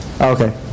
Okay